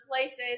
places